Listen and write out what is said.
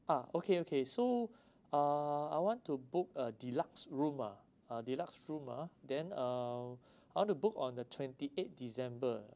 ah okay okay so uh I want to book a deluxe room ah a deluxe room ah then uh I want to book on the twenty eighth december